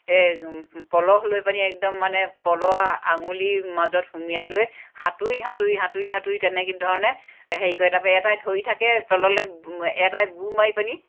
পল হৈ পানি একদম মানে পল আঙুলিৰ মাজত সুমিয়াই লৈ সাঁতুৰি সাঁতুৰি সাঁতুৰি সাঁতুৰি তেনেকৈ ধৰণে হেৰি কৰে তাপা এটাই ধৰি থাকে তললৈ এটাই গোৰ মাৰি পানি